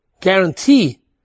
guarantee